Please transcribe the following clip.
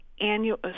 Annual